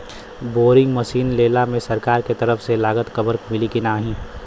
Boring मसीन लेला मे सरकार के तरफ से लागत कवर मिली की नाही?